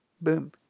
Boom